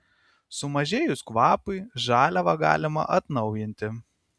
sumažėjus kvapui žaliavą galima atnaujinti